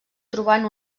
trobant